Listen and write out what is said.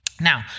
Now